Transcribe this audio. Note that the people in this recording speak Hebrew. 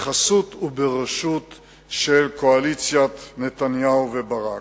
בחסות ובראשות קואליציית נתניהו וברק.